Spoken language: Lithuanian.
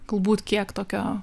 galbūt kiek tokio